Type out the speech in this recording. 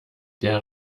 der